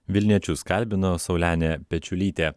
vilniečius kalbino saulenė pečiulytė